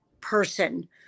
person